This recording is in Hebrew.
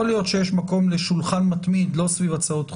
יכול להיות שיש מקום לשולחן מתמיד לא סביב הצעות חוק,